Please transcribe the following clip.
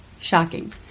Shocking